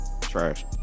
trash